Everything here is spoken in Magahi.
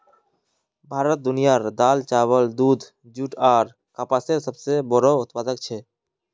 भारत दुनियार दाल, चावल, दूध, जुट आर कपसेर सबसे बोड़ो उत्पादक छे